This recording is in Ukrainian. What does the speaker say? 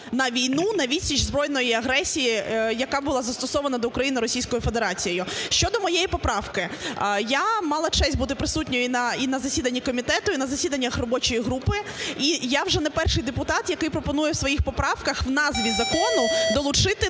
на війну, на відсіч збройної агресії, яка була застосована до України Російською Федерацією. Щодо моєї поправки. Я мала честь бути присутньою і на засіданні комітету, і на засіданнях робочої групи, і я вже не перший депутат, який пропонує в своїх поправках в назві закону долучити